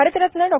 Bharat Ratna Dr